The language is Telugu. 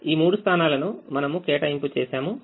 ఈ మూడు స్థానాలను మనము కేటాయింపు చేశాము